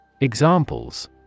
Examples